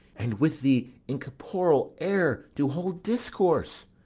and with the incorporal air do hold discourse?